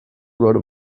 wrote